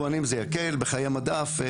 היבואנים בחיי מדף.